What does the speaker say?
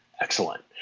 Excellent